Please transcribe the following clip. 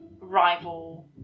rival